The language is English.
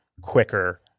quicker